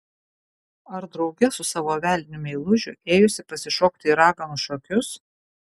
ar drauge su savo velniu meilužiu ėjusi pasišokti į raganų šokius